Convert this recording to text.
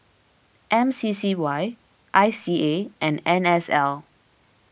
M C C Y I C A and N S L